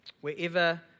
wherever